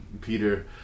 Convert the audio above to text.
Peter